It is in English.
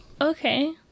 okay